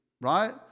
right